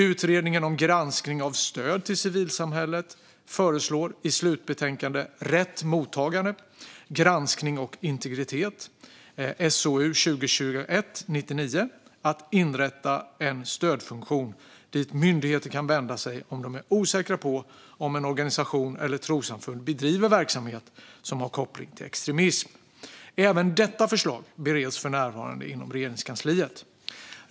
Utredningen om granskning av stöd till civilsamhället föreslår i sitt slutbetänkande Rätt mottagare - Granskning och integritet att det inrättas en stödfunktion dit myndigheter kan vända sig om de är osäkra på om en organisation eller ett trossamfund bedriver verksamhet som har koppling till extremism. Även detta förslag bereds för närvarade inom Regeringskansliet.